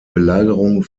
belagerung